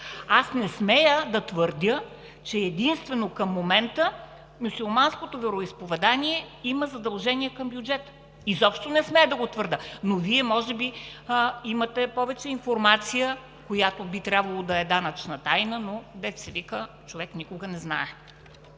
Не смея да твърдя, че единствено към момента мюсюлманското вероизповедание има задължения към бюджета. Изобщо не смея да го твърдя, но Вие може би имате повече информация, която би трябвало да е данъчна тайна, но както се казва: човек никога не знае.